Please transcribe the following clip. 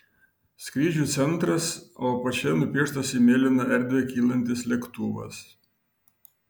skrydžių centras o apačioje nupieštas į mėlyną erdvę kylantis lėktuvas